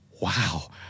wow